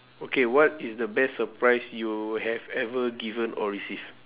okay what is the best surprise you have ever given or received